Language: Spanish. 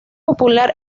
popular